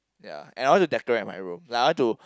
ya and I want to decorate my room like I want to